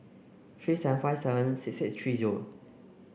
three seven five seven six six three zero